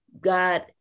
God